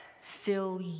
fill